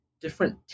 different